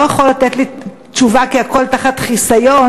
יכול לתת לי תשובה כי הכול תחת חיסיון,